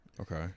Okay